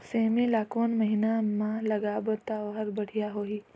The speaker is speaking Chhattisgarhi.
सेमी ला कोन महीना मा लगाबो ता ओहार बढ़िया होही?